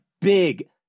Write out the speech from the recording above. big